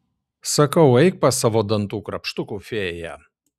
sakau eik pas savo dantų krapštukų fėją